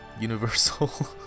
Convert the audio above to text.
Universal